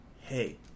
hey